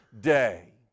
day